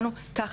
לדמות שלי,